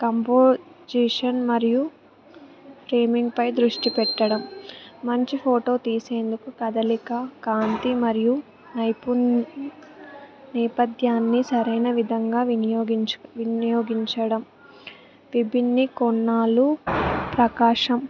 composition మరియు ఫ్రేమింగ్పై దృష్టి పెట్టడం మంచి ఫోటో తీసేందుకు కదలిక కాంతి మరియు నేపథ్యాన్ని సరైన విధంగా వినియోగించు వినియోగించడం విభిన్న కోణాలు ప్రకాశం